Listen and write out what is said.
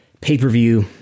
pay-per-view